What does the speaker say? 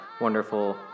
wonderful